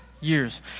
years